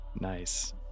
nice